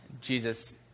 Jesus